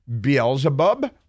Beelzebub